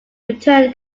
return